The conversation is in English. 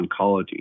oncology